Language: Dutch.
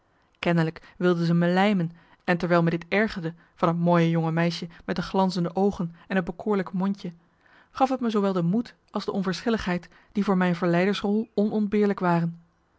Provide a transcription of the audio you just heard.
kennelijk wilden ze me lijmen en terwijl mij dit ergerde van het mooie jonge meisje met de glanzende oogen en het bekoorlijke mondje gaf het me zoowel de moed als de onverschilligheid die voor mijn verleidersrol onontbeerlijk waren